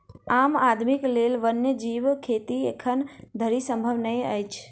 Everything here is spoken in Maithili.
आम आदमीक लेल वन्य जीव खेती एखन धरि संभव नै भेल अछि